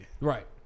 Right